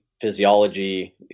physiology